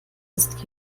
ist